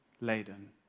laden